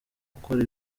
gukora